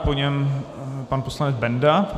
Po něm pan poslanec Benda.